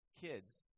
kids